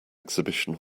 exhibition